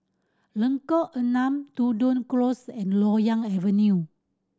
Lengkok Enam Tudor Close and Loyang Avenue